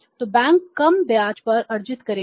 तो बैंक कम ब्याज दर अर्जित करेंगे